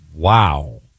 Wow